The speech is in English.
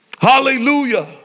Hallelujah